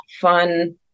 fun